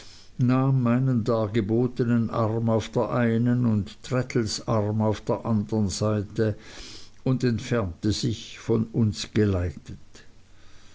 nahm meinen dargebotnen arm auf der einen und traddles arm auf der andern seite an und entfernte sich von uns geleitet